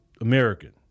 American